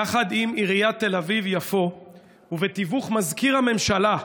יחד עם עיריית תל אביב ובתיווך מזכיר הממשלה,